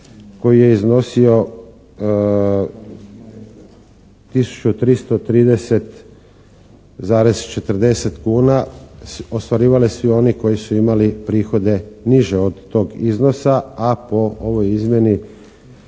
koji je iznosio tisuću 330,40 kuna ostvarivali su i oni koji su imali prihode niže od tog iznosa a po ovoj izmjeni